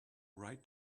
write